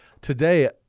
today